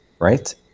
right